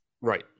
right